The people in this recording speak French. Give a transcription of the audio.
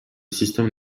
système